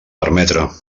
permetre